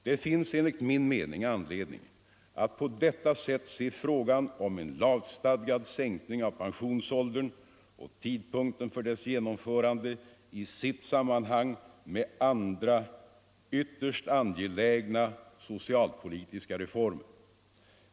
Det finns enligt min mening anledning att på detta sätt se på frågan om en lagstadgad sänkning av pensionsåldern och tidpunkten för dess genomförande i sitt sammanhang med andra angelägna socialpolitiska reformer.